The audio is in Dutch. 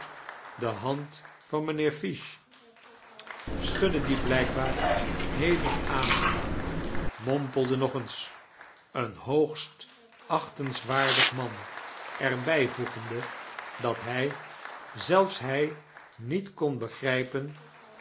de hand van mijnheer fish schudde die blijkbaar hevig aangedaan mompelde nog eens een hoogst achtenswaardig man er bijvoegende dat hij zelfs hij niet kon begrijpen